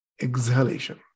exhalation